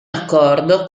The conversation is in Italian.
accordo